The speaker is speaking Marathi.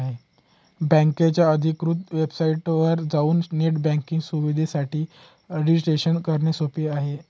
बकेच्या अधिकृत वेबसाइटवर जाऊन नेट बँकिंग सुविधेसाठी रजिस्ट्रेशन करणे सोपे आहे